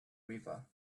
river